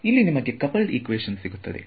ಇಲ್ಲಿ ನಿಮಗೆ coupled equation ಸಿಗುತ್ತದೆ